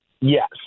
Yes